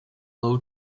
low